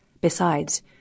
Besides